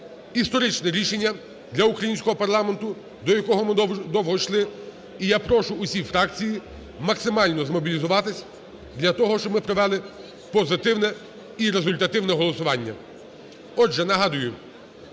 історичне рішення для українського парламенту, до якого ми довго йшли. І я прошу всі фракції максимально змобілізуватись для того, щоб ми провели позитивне і результативне голосування. Отже, нагадую,